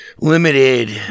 limited